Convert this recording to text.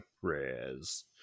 prayers